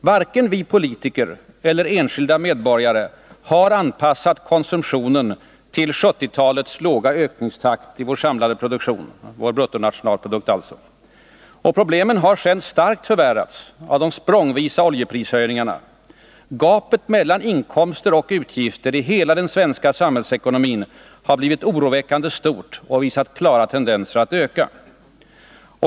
Varken vi politiker eller enskilda medborgare har anpassat konsumtionen till 1970-talets låga ökningstakt i vår samlade produktion — vår bruttonationalprodukt, alltså. Problemen har sedan starkt förvärrats av de språngvisa oljeprishöjningarna. Gapet mellan inkomster och utgifter i hela den svenska samhällsekonomin har nu blivit oroväckande stort och visar klara tendenser att öka.